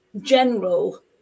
general